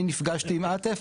אני נפגשתי עם עטף.